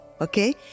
Okay